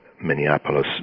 Minneapolis